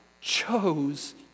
chose